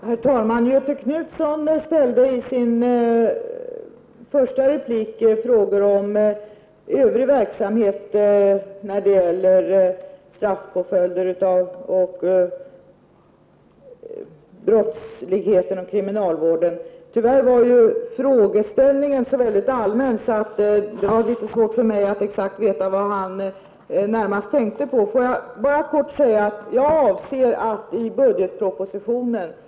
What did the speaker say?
Herr talman! Göthe Knutson ställde frågor om övrig verksamhet när det gäller straffpåföljderna, brottsligheten och kriminalvården. Tyvärr var frågeställningen så allmän att det var litet svårt för mig att veta exakt vad han närmast tänkte på. Får jag bara kort säga att jag avser att i budgetpropositionen redovisa de — Prot.